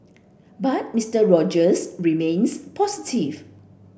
but Mister Rogers remains positive